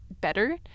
better